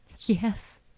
Yes